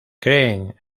creen